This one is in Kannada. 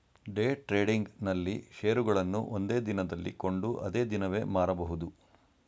ಡೇ ಟ್ರೇಡಿಂಗ್ ನಲ್ಲಿ ಶೇರುಗಳನ್ನು ಒಂದೇ ದಿನದಲ್ಲಿ ಕೊಂಡು ಅದೇ ದಿನವೇ ಮಾರಬಹುದು